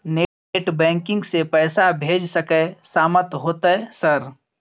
Net banking से पैसा भेज सके सामत होते सर?